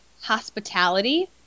hospitality